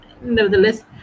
nevertheless